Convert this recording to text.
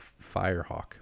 Firehawk